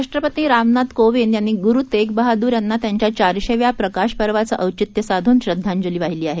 राष्ट्रपती रामनाथ कोविंद यांनी गुरु तेग बहादूर यांना त्यांच्या चारशेव्या प्रकाश पर्वाचं औचित्य साधून श्रद्वांजली वाहिली आहे